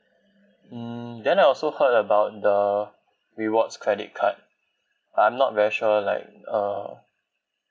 mm then I also heard about the rewards credit card I'm not very sure like uh